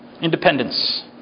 Independence